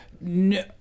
no